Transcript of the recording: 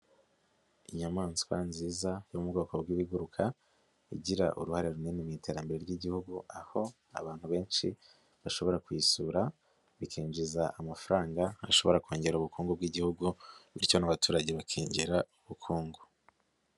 Inyamaswa nziza yo mu bwoko bw'ibiguruka, igira uruhare runini mu iterambere ry'Igihugu, aho abantu benshi bashobora kuyisura bikinjiza amafaranga ashobora kongera ubukungu bw'Igihugu, bityo n'abaturage bakongera ubukungu.